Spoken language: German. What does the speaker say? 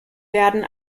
werden